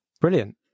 Brilliant